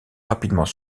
rapidement